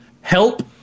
help